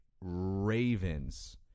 Ravens